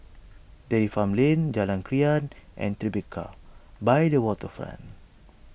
Dairy Farm Lane Jalan Krian and Tribeca by the Waterfront